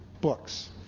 books